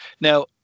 Now